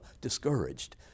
discouraged